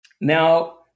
Now